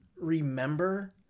remember